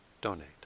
donate